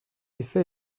effet